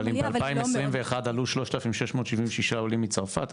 אבל אם ב-2021 עלו 3,676 עולים מצרפת,